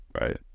right